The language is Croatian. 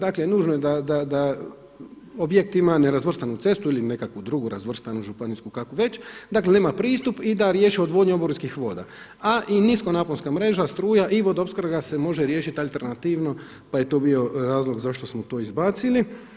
Dakle, nužno je da objekt ima nerazvrstanu cestu ili nekakvu drugu razvrstanu županijsku kakvu već, dakle da ima pristup i da riješi odvodnju oborinskih voda a i nisko naponska mreža, struja i vodoopskrba se može riješiti alternativno pa je to bio razlog zašto smo to izbacili.